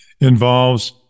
involves